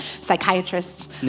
psychiatrists